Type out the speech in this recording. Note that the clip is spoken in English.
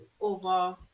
Over